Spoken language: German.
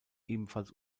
ebenfalls